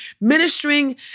ministering